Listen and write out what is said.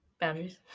boundaries